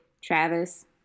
Travis